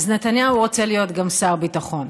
אז נתניהו רוצה להיות גם שר ביטחון.